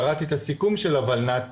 קראתי את הסיכום של הולנת"ע,